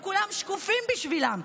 הם כולם שקופים בשבילם.